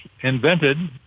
invented